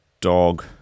dog